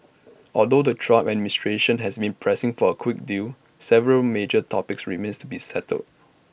although the Trump administration has been pressing for A quick deal several major topics remain to be settled